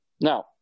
Now